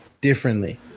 differently